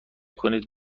کنید